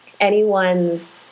anyone's